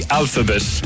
alphabet